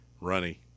runny